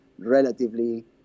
relatively